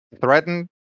threatened